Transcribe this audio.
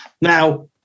Now